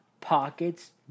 pockets